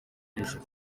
hejuru